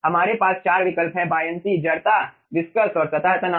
हमारे पास 4 विकल्प हैं बायअंशी जड़ता विस्कस और सतह तनाव